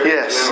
Yes